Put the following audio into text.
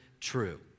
true